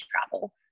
travel